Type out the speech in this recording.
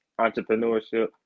entrepreneurship